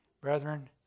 Brethren